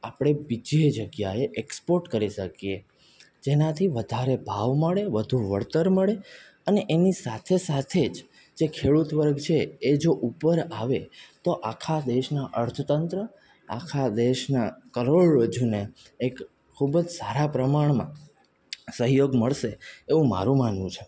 આપણે બીજે જગ્યાએ એક્સપોટ કરી શકીએ જેનાથી વધારે ભાવ મળે વધું વળતર મળે અને એની સાથે સાથે જ જે ખેડૂત વર્ગ છે એ જો ઉપર આવે તો આખા દેશનાં અર્થતંત્ર આખા દેશનાં કરોડરજ્જુને એક ખૂબ જ સારા પ્રમાણમાં સહયોગ મળશે એવું મારું માનવું છે